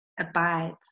abides